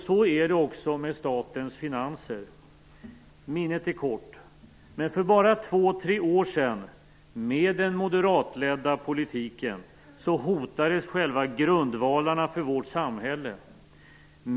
Så är det också med statens finanser. Minnet är kort. Men för bara två tre år sedan, med den moderata politiken, hotades själva grundvalarna för vårt samhälle.